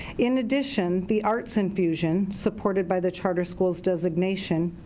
in addition, the arts infusion, supported by the charter schools designation,